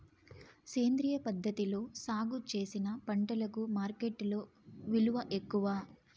సేంద్రియ పద్ధతిలో సాగు చేసిన పంటలకు మార్కెట్టులో విలువ ఎక్కువ